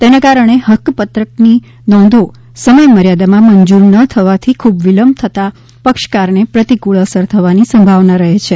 તેના કારણે હક્કપત્રકની નોંધો સમય મર્યાદામાં મંજૂર ન થવાથી ખૂબ વિલંબ થતા પક્ષકારને પ્રતિકૂળ અસર થવાની સંભાવના રહે છે